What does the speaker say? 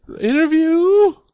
interview